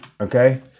Okay